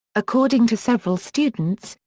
according to several students,